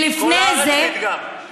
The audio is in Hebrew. בכל הארץ מדגם.